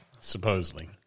supposedly